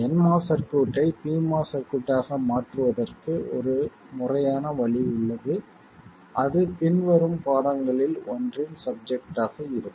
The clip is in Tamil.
nMOS சர்க்யூட்டை PMOS ஆக மாற்றுவதற்கு ஒரு முறையான வழி உள்ளது அது பின்வரும் பாடங்களில் ஒன்றின் சப்ஜெக்ட் ஆக இருக்கும்